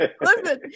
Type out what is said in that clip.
Listen